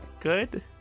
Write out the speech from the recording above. good